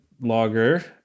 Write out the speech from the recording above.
logger